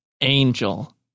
angel